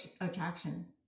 attraction